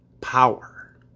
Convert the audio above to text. power